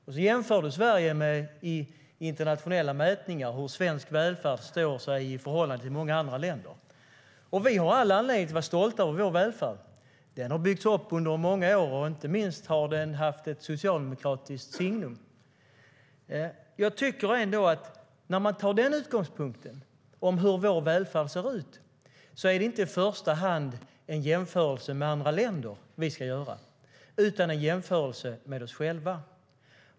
Sedan jämför han Sverige med internationella mätningar, hur svensk välfärd står sig i förhållande till många andra länder. Vi har all anledning att vara stolta över vår välfärd. Den har byggts upp under många år. Inte minst har den haft ett socialdemokratiskt signum. När vi tar vår utgångspunkt i hur vår välfärd ser ut är det inte i första hand en jämförelse med andra länder vi ska göra utan en jämförelse med oss själva.